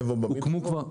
איפה, במדרחוב?